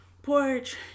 porch